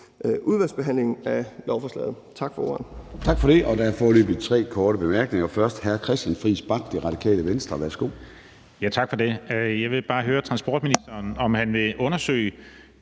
udvalgsbehandlingen af lovforslaget. Tak for ordet.